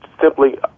simply